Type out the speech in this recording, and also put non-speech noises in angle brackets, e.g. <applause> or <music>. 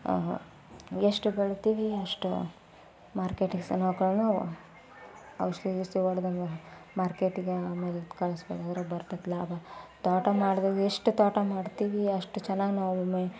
ಎಷ್ಟು ಬೆಳಿತೀವಿ ಅಷ್ಟು ಮಾರ್ಕೆಟಿಗೆ <unintelligible> ಔಷಧಿ ಗಿವ್ಷ್ದಿ ಹೊಡ್ದಂಗು ಮಾರ್ಕೆಟಿಗೆ ಆಮೇಲೆ ಕಳಿಸ್ಬೋದು ಅದ್ರಾಗ ಬರ್ತೈತಿ ಲಾಭ ತೋಟ ಮಾಡ್ದಾಗ ಎಷ್ಟು ತೋಟ ಮಾಡ್ತೀವಿ ಅಷ್ಟು ಚೆನ್ನಾಗಿ ನಾವು ಮೇ